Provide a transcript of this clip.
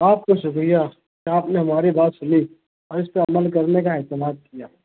آپ کا شُکریہ آپ نے ہماری بات سُنی اور اِس پر عمل کرنے کا اعتماد کیا